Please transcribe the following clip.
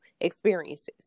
experiences